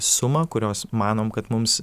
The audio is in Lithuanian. sumą kurios manom kad mums